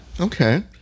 okay